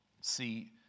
See